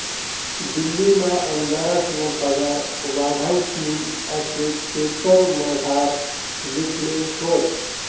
दिल्लीमा आमदारस्ना पगार वाढावतीन आशे पेपरमझार लिखेल व्हतं